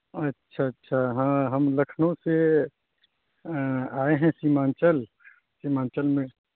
اچھا اچھا ہاں ہم لکھنؤ سے آئے ہیں سیمانچل سیمانچل میں